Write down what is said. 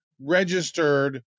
registered